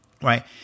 Right